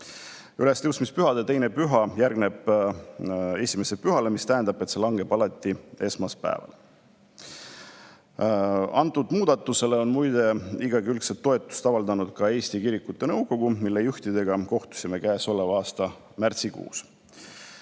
Ülestõusmispühade teine püha järgneb esimesele pühale, mis tähendab seda, et see langeb alati esmaspäevale. Sellele muudatusele on muide igakülgset toetust avaldanud ka Eesti Kirikute Nõukogu, mille juhtidega kohtusime käesoleva aasta märtsikuus.